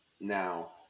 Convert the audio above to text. Now